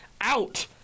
out